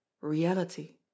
Reality